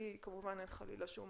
בלי כמובן חלילה שום